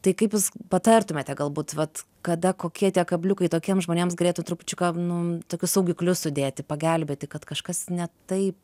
tai kaip jūs patartumėte galbūt vat kada kokie tie kabliukai tokiems žmonėms galėtų trupučiuką nu tokius saugiklius sudėti pagelbėti kad kažkas ne taip